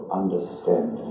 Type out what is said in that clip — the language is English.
understand